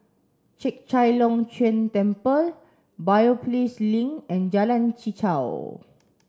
Chek Chai Long Chuen Temple Biopolis Link and Jalan Chichau